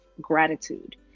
gratitude